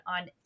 on